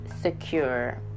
secure